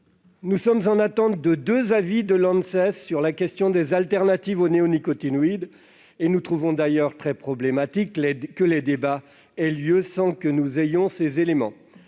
Nous sommes en attente de deux avis de l'Anses sur la question des alternatives aux néonicotinoïdes. Nous trouvons d'ailleurs très problématique que les débats aient lieu sans que nous ayons ces éléments.